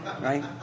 Right